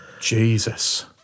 Jesus